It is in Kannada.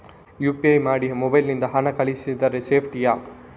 ಯು.ಪಿ.ಐ ಮಾಡಿ ಮೊಬೈಲ್ ನಿಂದ ಹಣ ಕಳಿಸಿದರೆ ಸೇಪ್ಟಿಯಾ?